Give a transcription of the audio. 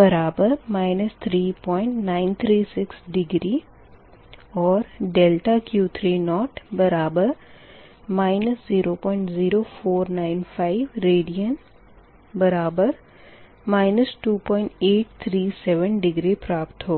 बराबर 3936 डिग्री और ∆Q30 00495 radian बराबर 2837 डिग्री प्राप्त होगा